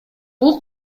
бул